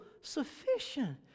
sufficient